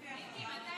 תגיד מי אחריו.